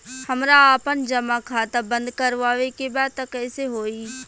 हमरा आपन जमा खाता बंद करवावे के बा त कैसे होई?